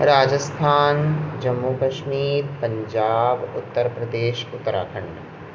Rajasthan Jammu Kashmir Punjab Uttar Pradesh Uttarakhand